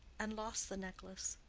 and lost the necklace